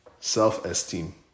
self-esteem